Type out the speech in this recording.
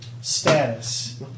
status